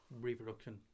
reproduction